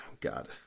God